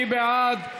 מי בעד?